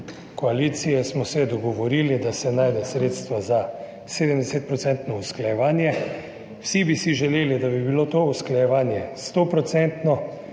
koalicije smo se dogovorili, da se najde sredstva za 70-procentno usklajevanje. Vsi bi si želeli, da bi bilo to usklajevanje